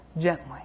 gently